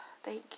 Thank